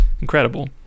incredible